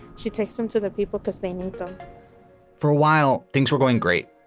she takes them to the people because they need them for a while, things were going great.